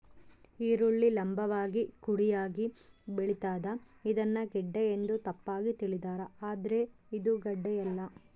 ಈರುಳ್ಳಿ ಲಂಭವಾಗಿ ಕುಡಿಯಾಗಿ ಬೆಳಿತಾದ ಇದನ್ನ ಗೆಡ್ಡೆ ಎಂದು ತಪ್ಪಾಗಿ ತಿಳಿದಾರ ಆದ್ರೆ ಇದು ಗಡ್ಡೆಯಲ್ಲ